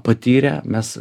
patyrę mes